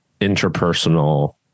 interpersonal